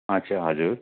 अच्छा हजुर